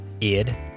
Id